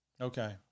Okay